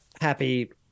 Happy